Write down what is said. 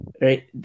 right